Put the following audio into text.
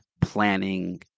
planning